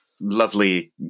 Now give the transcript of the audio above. lovely